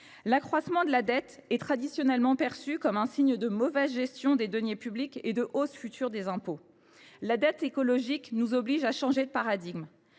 L’accroissement de la dette est traditionnellement perçu comme un signe de mauvaise gestion des deniers publics et de hausse future des impôts. La dette écologique nous oblige à changer de paradigme.